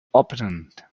opponent